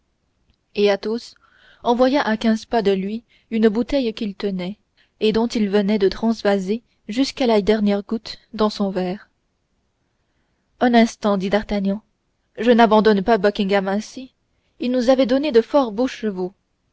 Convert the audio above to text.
et athos envoya à quinze pas de lui une bouteille qu'il tenait et dont il venait de transvaser jusqu'à la dernière goutte dans son verre un instant dit d'artagnan je n'abandonne pas buckingham ainsi il nous avait donné de fort beaux chevaux